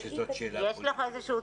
--- שאלה פוליטית --- יש לך איזשהו